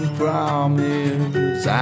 promise